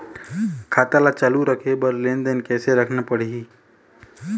खाता ला चालू रखे बर लेनदेन कैसे रखना पड़ही?